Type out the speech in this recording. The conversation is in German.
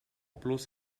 bloß